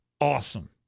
awesome